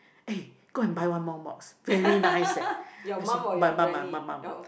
eh go and buy one more box very nice eh I say my mum my mum mum